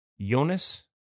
Jonas